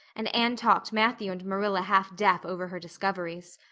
and anne talked matthew and marilla half-deaf over her discoveries.